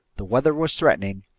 the weather was threatening,